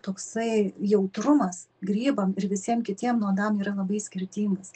toksai jautrumas grybam ir visiem kitiem nuodam yra labai skirtingas